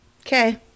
Okay